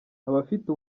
abafite